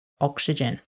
oxygen